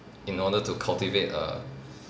in order to cultivate a